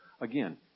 Again